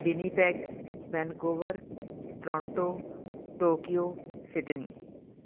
Winnipeg Vancouver Toronto Tokyo Sydney